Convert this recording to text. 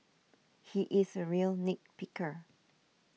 he is a real nit picker